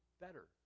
better